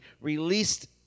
released